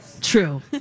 True